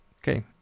Okay